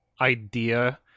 idea